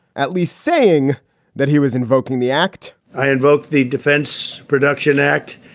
at least saying that he was invoking the act i invoke the defense production act.